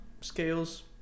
scales